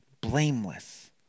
blameless